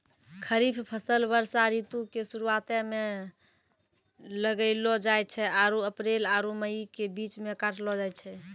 खरीफ फसल वर्षा ऋतु के शुरुआते मे लगैलो जाय छै आरु अप्रैल आरु मई के बीच मे काटलो जाय छै